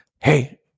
Hey